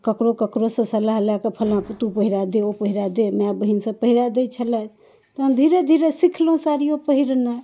ककरो ककरोसँ सलाह लए कऽ फलना कऽ तू पहिरा दे ओ पहिरा दे माय बहीन सब पहिरा दै छलै तहन धीरे धीरे सीखलहुँ साड़ियो पहिरनाइ